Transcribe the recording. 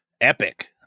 epic